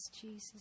Jesus